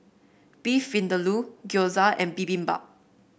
Beef Vindaloo Gyoza and Bibimbap